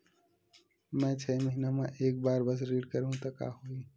मैं छै महीना म एक बार बस ऋण करहु त का होही?